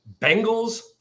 Bengals